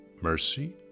mercy